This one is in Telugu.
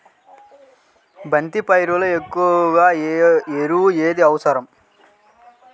బంతి పైరులో ఎక్కువ ఎరువు ఏది అవసరం?